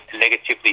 negatively